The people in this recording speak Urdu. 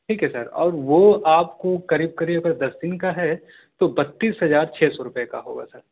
ٹھیک ہے سر اور وہ آپ کو قریب قریب اگر دس دِن کا ہے تو بتیس ہزار چھ سو روپے کا ہوگا سر